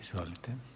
Izvolite.